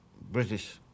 British